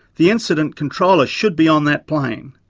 the incident controller should be on that plane.